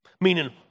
meaning